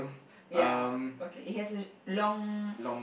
ya okay it has a long